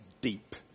deep